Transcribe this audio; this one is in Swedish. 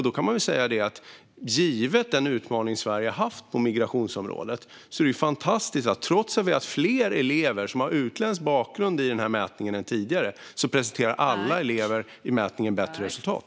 Då kan man säga att givet den utmaning som Sverige har haft på migrationsområdet är det fantastiskt att alla elever, trots att vi har haft fler elever som har utländsk bakgrund i denna mätning än tidigare, presterar bättre resultat.